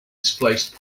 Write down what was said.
displaced